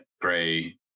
gray